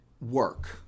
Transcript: work